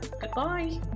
goodbye